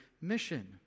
mission